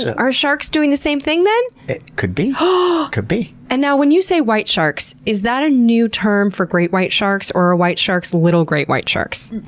are sharks doing the same thing then? it could be, ah could be. and now when you say white sharks, is that a new term for great white sharks, or are white sharks little great white sharks?